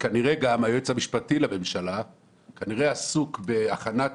וכנראה גם היועץ המשפטי לממשלה עסוק בהכנת